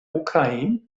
ukraine